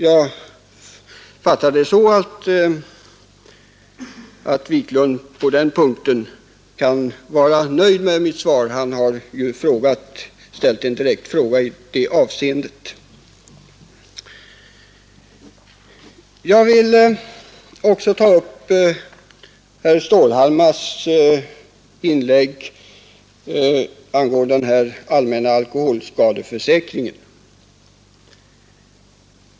Jag tror att herr Wiklund på den punkten kan vara nöjd med mitt svar — han har ställt en direkt fråga till mig i det avseendet. Jag vill också ta upp herr Stålhammars inlägg angående allmän alkoholskadeförsäkring.